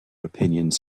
opinions